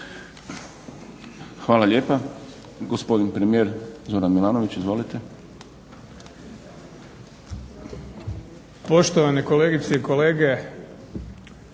Hvala lijepa. Gospodin premijer Zoran Milanović. Izvolite.